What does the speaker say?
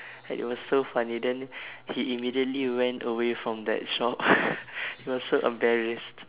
ya it was so funny then he immediately went away from that shop he was so embarrassed